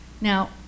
Now